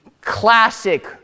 classic